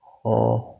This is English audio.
orh